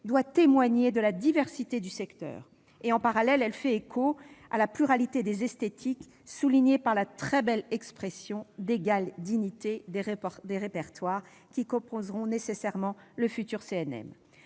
doit témoigner de la diversité du secteur. En parallèle, la représentativité fait écho à la pluralité des esthétiques, soulignée par la très belle expression d'« égale dignité des répertoires » qui composeront nécessairement le futur CNM.